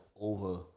over